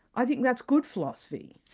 i think that's good philosophy.